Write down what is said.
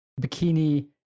bikini